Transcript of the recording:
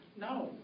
No